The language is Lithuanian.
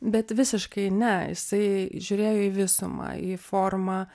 bet visiškai ne jisai žiūrėjo į visumą į formą